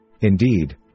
Indeed